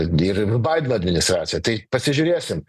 dir baideno administracija tai pasižiūrėsim